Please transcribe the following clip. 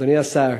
אדוני השר,